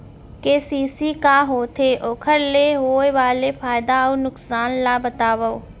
KCC का होथे, ओखर ले होय वाले फायदा अऊ नुकसान ला बतावव?